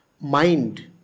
mind